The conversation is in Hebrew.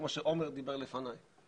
כמו שעומר דיבר לפניי.